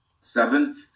seven